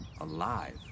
alive